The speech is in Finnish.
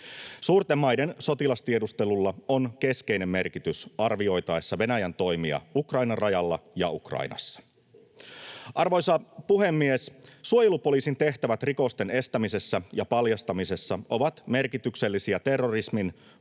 Suurten maiden sotilastiedustelulla on keskeinen merkitys arvioitaessa Venäjän toimia Ukrainan rajalla ja Ukrainassa. Arvoisa puhemies! Suojelupoliisin tehtävät rikosten estämisessä ja paljastamisessa ovat merkityksellisiä terrorismin,